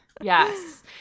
Yes